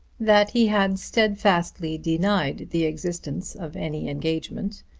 that he had steadfastly denied the existence of any engagement,